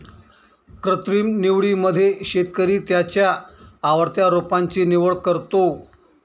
कृत्रिम निवडीमध्ये शेतकरी त्याच्या आवडत्या रोपांची निवड करतो